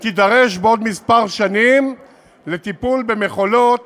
שתידרש בעוד כמה שנים לטיפול במכולות